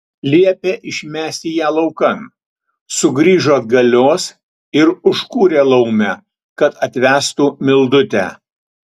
liepė išmesti ją laukan sugrįžo atgalios ir užkūrė laumę kad atvestų mildutę